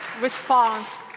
response